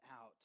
out